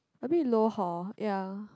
a bit low hor ya